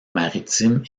maritime